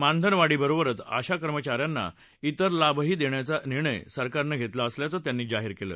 मानधन वाढीबरोबरच आशा कर्मचा यांना त्विर लाभही देण्याचा निर्णय सरकारनं घेतला असल्याचं त्यांनी सांगितलं